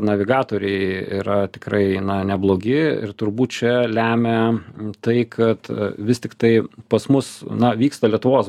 navigatoriai yra tikrai neblogi ir turbūt čia lemia tai kad vis tiktai pas mus na vyksta lietuvos